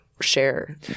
share